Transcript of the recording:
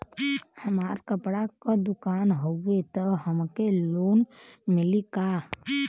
हमार कपड़ा क दुकान हउवे त हमके लोन मिली का?